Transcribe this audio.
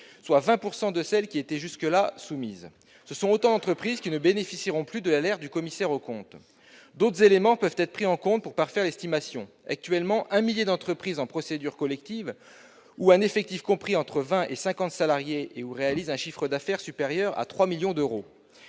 soit 20 % de celles qui y étaient jusque-là soumises. « Ce sont autant entreprises qui ne bénéficieront plus de l'alerte du commissaire aux comptes. « D'autres éléments peuvent être pris en compte pour parfaire l'estimation : actuellement un millier d'entreprises en procédure collective ont un effectif compris entre 20 et 50 salariés et/ou réalisent un chiffre d'affaires supérieur à 3 millions d'euros.